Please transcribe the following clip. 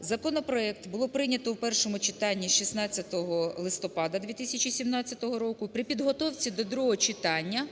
Законопроект було прийнято в першому читанні 16 листопада 2017 року. При підготовці до другого читання